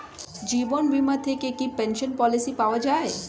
জীবন বীমা থেকে কি পেনশন পলিসি পাওয়া যায়?